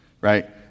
right